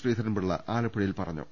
ശ്രീധരൻപിള്ള ആലപ്പുഴ യിൽ പറഞ്ഞു